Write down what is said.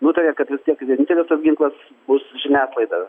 nutarė kad vis tiek vienintelis tas ginklas bus žiniasklaida